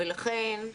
לכן,